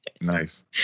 nice